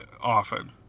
often